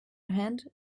hand